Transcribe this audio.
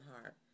heart